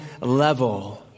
level